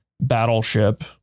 battleship